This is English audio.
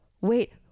wait